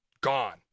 gone